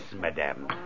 madame